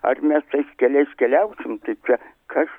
ar mes tais keliais keliausim tai čia kas